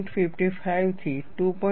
55 થી 2